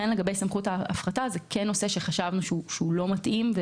סמכות ההפחתה היא נושא שחשבנו שהוא לא מתאים,